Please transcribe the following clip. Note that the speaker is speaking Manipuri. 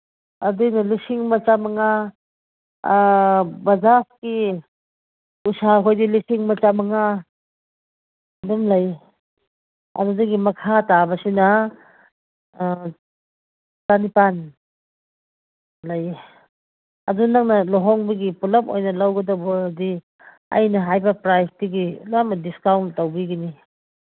ꯑꯗꯨꯅ ꯂꯤꯁꯤꯡ ꯑꯃ ꯆꯃꯉꯥ ꯕꯖꯥꯖꯀꯤ ꯎꯁꯥ ꯍꯣꯏꯗꯤ ꯂꯤꯁꯤꯡ ꯑꯃ ꯆꯃꯉꯥ ꯑꯗꯨꯝ ꯂꯩ ꯑꯗꯨꯗꯒꯤ ꯃꯈꯥ ꯇꯥꯕꯁꯤꯅ ꯆꯅꯤꯄꯥꯟ ꯂꯩ ꯑꯗꯨ ꯅꯪꯅ ꯂꯨꯍꯣꯡꯕꯒꯤ ꯄꯨꯂꯞ ꯑꯣꯏꯅ ꯂꯧꯒꯗꯕ ꯑꯣꯏꯔꯗꯤ ꯑꯩꯅ ꯍꯥꯏꯕ ꯄ꯭ꯔꯥꯏꯁꯇꯒꯤ ꯌꯥꯝꯅ ꯗꯤꯁꯀꯥꯎꯟ ꯇꯧꯕꯤꯒꯅꯤ